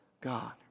God